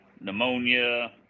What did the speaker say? pneumonia